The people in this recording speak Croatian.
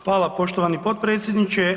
Hvala poštovani potpredsjedniče.